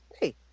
hey